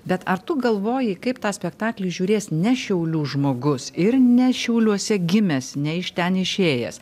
bet ar tu galvoji kaip tą spektaklį žiūrės ne šiaulių žmogus ir ne šiauliuose gimęs ne iš ten išėjęs